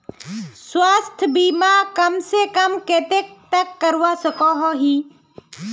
स्वास्थ्य बीमा कम से कम कतेक तक करवा सकोहो ही?